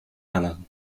allen